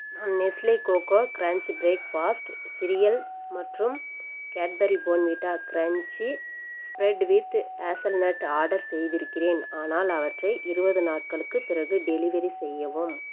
நான் Nestle Koko Krunch breakfast cereal மற்றும் Cadbury Bournvita crunchy spread with hazelnut order செய்திருக்கிறேன் ஆனால் அவற்றை இருபது நாட்களுக்குப் பிறகு டெலிவரி செய்யவும்